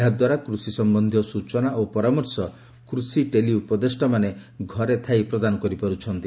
ଏହାଦ୍ୱାରା କୃଷି ସମ୍ବନ୍ଧୀୟ ସୂଚନା ଓ ପରାମର୍ଶ କୃଷି ଟେଲି ଉପଦେଷ୍ଟାମାନେ ଘରେ ଥାଇ ପ୍ରଦାନ କରିପାରୁଛନ୍ତି